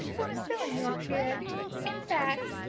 who was still in yorkshire in fact,